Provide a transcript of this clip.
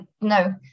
No